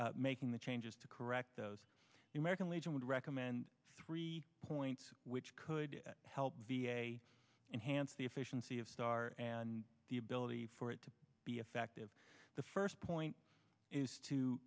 making the changes to correct those the american legion would recommend three points which could help enhance the efficiency of star and the ability for it to be effective the first point is to